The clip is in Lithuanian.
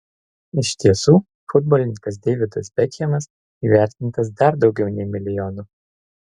iš tiesų futbolininkas deividas bekhemas įvertintas dar daugiau nei milijonu